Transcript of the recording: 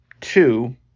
two